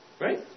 Right